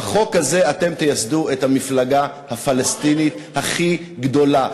בחוק הזה אתם תייסדו את המפלגה הפלסטינית הכי גדולה.